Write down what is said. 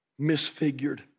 misfigured